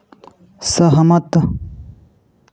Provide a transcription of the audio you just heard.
सहमत